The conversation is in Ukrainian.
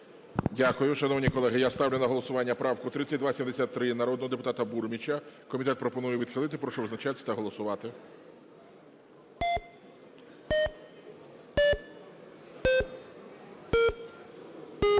Дякую. Шановні колеги, я ставлю на голосування правку 3273 народного депутата Бурміча. Комітет пропонує відхилити. Прошу визначатись та голосувати.